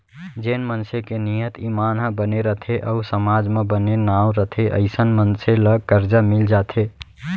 जेन मनसे के नियत, ईमान ह बने रथे अउ समाज म बने नांव रथे अइसन मनसे ल करजा मिल जाथे